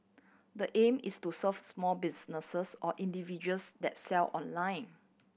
the aim is to serve small businesses or individuals that sell online